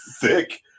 thick